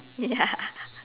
ya